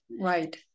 Right